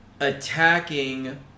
attacking